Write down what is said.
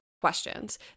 questions